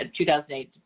2008